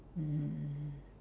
mmhmm mmhmm